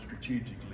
strategically